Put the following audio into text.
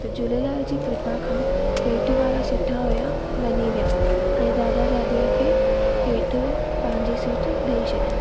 त झूलेलाल जी कृपा खां हेठि वारा सुठा हुया मञी विया ऐं दादा दादीअ खे हेठि पंहिंजी सीट ॾेई छॾियऊं